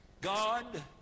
God